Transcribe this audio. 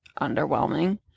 underwhelming